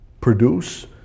produce